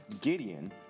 Gideon